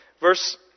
Verse